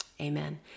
Amen